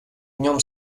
днем